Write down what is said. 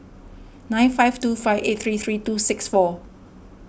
nine five two five eight three three two six four